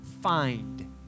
find